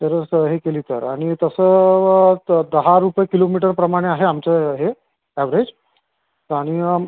तर असं हे केली तर आणि तसं दहा रुपये किलोमीटर प्रमाणे आहे आमचं हे ॲव्हरेज आणि